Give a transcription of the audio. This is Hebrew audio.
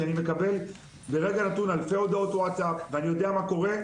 כי בכל רגע נתון אני מקבל אלפי הודעות ווטסאפ ואני יודע מה קורה.